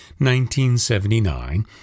1979